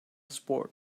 sport